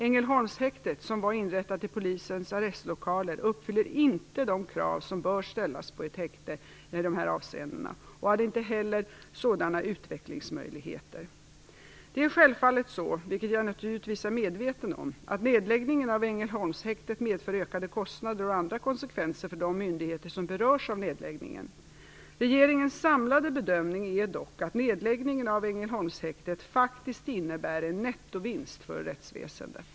Ängelholmshäktet, som var inrättat i polisens arrestlokaler, uppfyllde inte de krav som bör ställas på ett häkte i de här avseendena och hade inte heller sådana utvecklingsmöjligheter. Det är självfallet så, vilket jag naturligtvis är medveten om, att nedläggningen av Ängelholmshäktet medför ökade kostnader och andra konsekvenser för de myndigheter som berörs av nedläggningen. Regeringens samlade bedömning är dock att nedläggningen av Ängelholmshäktet faktiskt innebär en nettovinst för rättsväsendet.